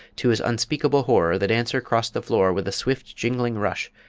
to his unspeakable horror, the dancer crossed the floor with a swift jingling rush,